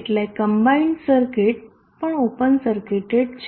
એટલે combined circuit પણ open circuited છે